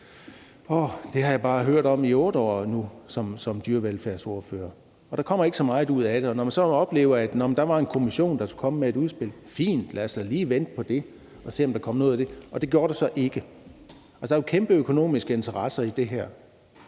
det har jeg bare hørt om i 8 år nu som dyrevelfærdsordfører, og der kommer ikke så meget ud af det. Og når vi så oplevede, at der var en Europa-Kommission, som skulle komme med et udspil, tænkte vi: Fint, lad os da lige vente på det og se, om der kommer noget ud af det. Det gjorde der så ikke. Der er jo kæmpe økonomiske interesser i det her,